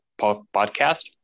podcast